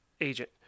agent